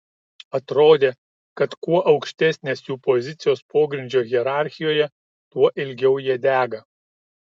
atrodė kad kuo aukštesnės jų pozicijos pogrindžio hierarchijoje tuo ilgiau jie dega